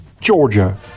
Georgia